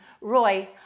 Roy